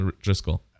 Driscoll